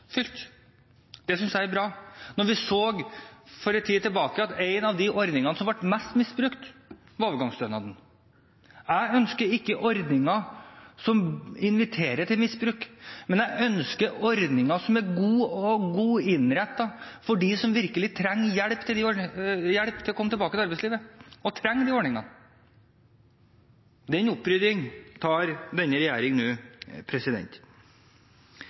oppfylt. Det synes jeg er bra, når vi for en tid tilbake så at en av de ordningene som ble mest misbrukt, var overgangsstønaden. Jeg ønsker ikke ordninger som inviterer til misbruk, men jeg ønsker ordninger som er gode og godt innrettet for dem som virkelig trenger hjelp til å komme seg tilbake til arbeidslivet, og som trenger de ordningene. Den oppryddingen gjør denne regjeringen nå.